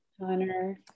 Connor